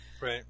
Right